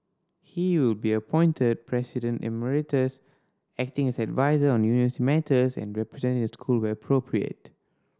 he will be appointed President Emeritus acting as adviser on university matters and representing the school where appropriate